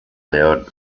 león